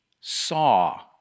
saw